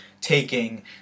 taking